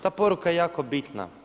Ta poruka je jako bitna.